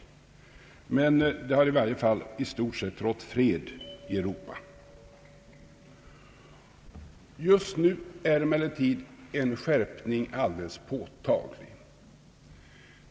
Det har dock i varje fall i stort sett rått fred i Europa. Just nu är emellertid en skärpning alldeles påtaglig.